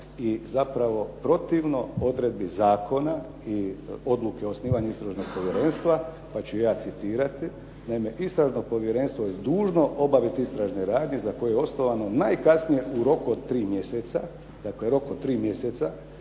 i zapravo protivno odredbi zakona i odluci o osnivanju Istražnog povjerenstva, pa ću ja citirati. "Naime, Istražno povjerenstvo je dužno obaviti istražne radnje za koje je osnovano najkasnije u roku od 3 mjeseca". Dakle, rok od 3 mjeseca,